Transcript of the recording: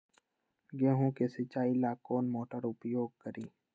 गेंहू के सिंचाई ला कौन मोटर उपयोग करी?